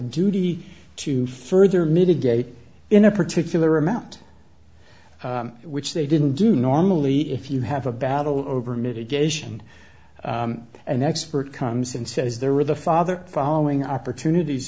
duty to further mitigate in a particular amount which they didn't do normally if you have a battle over mitigation an expert comes in says there were the father following opportunities